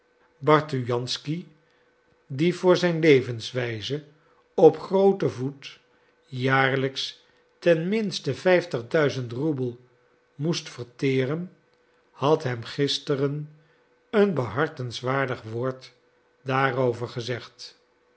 bartujansky die voor zijn levenswijze op grooten voet jaarlijks ten minste vijftigduizend roebel moest verteren had hem gisteren een behartigenswaardig woord daarover gezegd